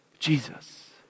Jesus